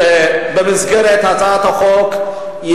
שבמסגרת הצעת החוק,